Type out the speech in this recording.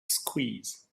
squeeze